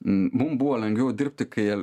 mum buvo lengviau dirbti kai